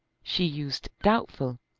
she used doubtful,